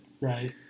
right